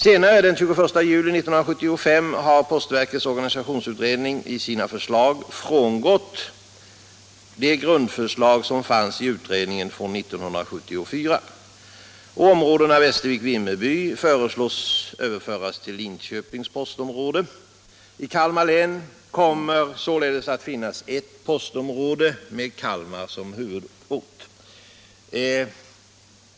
Senare — den 21 juli 1975 — frångick postverkets organisationsutredning i sina förslag de grundförslag som fanns i utredningen från 1974. Områdena Västervik och Vimmerby föreslås bli överförda till Linköpings postområde. I Kalmar län kommer det således att finnas bara ett postområde med Kalmar som huvudort.